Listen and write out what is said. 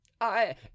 I